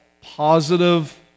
positive